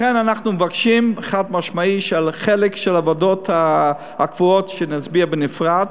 לכן אנחנו מבקשים חד-משמעית שעל החלק של הוועדות הקבועות נצביע בנפרד,